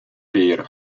beer